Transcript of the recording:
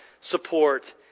support